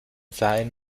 sein